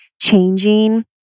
changing